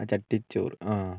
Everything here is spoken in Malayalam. ആ ചട്ടിച്ചോറ് ആ